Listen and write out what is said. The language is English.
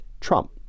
Trump